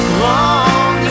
long